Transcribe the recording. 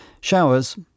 showers